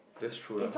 that's true lah